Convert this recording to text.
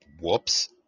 Whoops